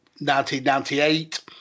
1998